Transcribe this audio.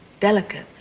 delicate.